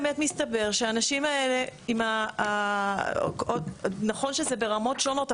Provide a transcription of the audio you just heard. באמת מסתבר שהאנשים האלה נכון שזה ברמות שונות,